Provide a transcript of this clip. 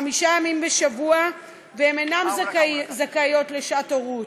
חמישה ימים בשבוע, והן אינן זכאיות לשעת הורות.